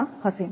54 હશે